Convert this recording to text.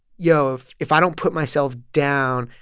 yo, if if i don't put myself down,